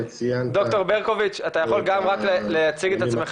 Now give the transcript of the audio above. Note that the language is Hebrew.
ד"ר ברקוביץ, אתה יכול להציג את עצמך?